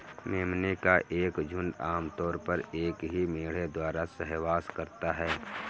मेमने का एक झुंड आम तौर पर एक ही मेढ़े द्वारा सहवास करता है